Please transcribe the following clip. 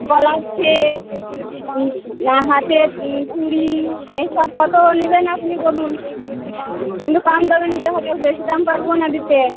গলার সেট না হাতের চুড়ি এই সব কত নেবেন আপনি বলুন কিন্তু কম দামে নিতে হবে বেশি দাম পারব না দিতে